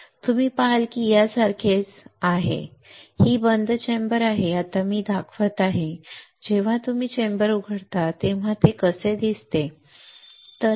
तुम्ही पाहाल की हे याच्यासारखेच आहे ठीक आहे ही बंद चेंबर आहे आता मी दाखवत आहे जेव्हा तुम्ही चेंबर उघडता तेव्हा ते कसे दिसते ते ठीक आहे